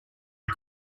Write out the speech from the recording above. are